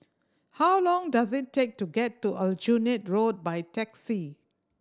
how long does it take to get to Aljunied Road by taxi